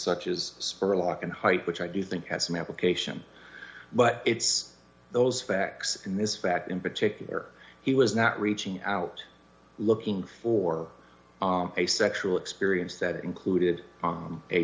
such as spurlock and height which i do think has some application but it's those facts in this fact in particular he was not reaching out looking for a sexual experience that included